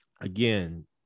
again